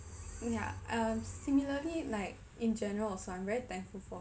ya um similarly like in general also I'm very thankful for